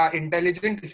intelligent